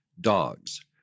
dogs